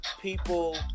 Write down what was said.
people